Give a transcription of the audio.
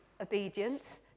obedient